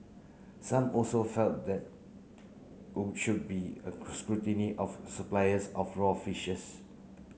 some also felt that would should be a scrutiny of suppliers of raw fishes